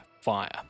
fire